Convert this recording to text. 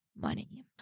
money